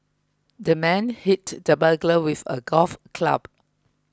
the man hit the burglar with a golf club